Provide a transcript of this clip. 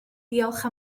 diolch